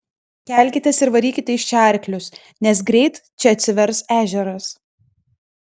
kelkitės ir varykite iš čia arklius nes greit čia atsivers ežeras